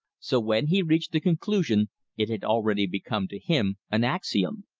so when he reached the conclusion it had already become to him an axiom.